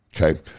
Okay